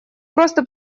просто